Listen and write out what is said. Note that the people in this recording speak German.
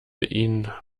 ihn